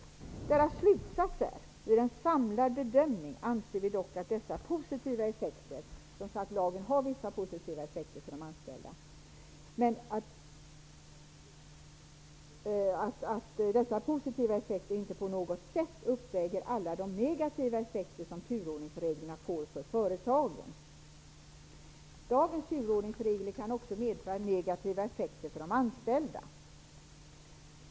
Slutsatsen är: ''Vid en samlad bedömning anser vi dock att dessa positiva effekter'' -- man sade att lagen har vissa positiva effekter för de anställda -- ''inte på något sätt uppväger alla de negativa effekter som turordningsreglerna får för företagen.'' ''Dagens turordningsregler kan också medföra negativa effekter för de anställda.''